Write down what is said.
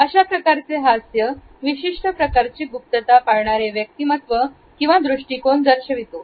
अशा प्रकारचे हास्य विशिष्ट प्रकारची गुप्तता पाळणारे व्यक्तिमत्व किंवा दृष्टिकोन दर्शवितो